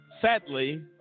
sadly